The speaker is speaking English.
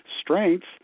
strengths